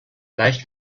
leicht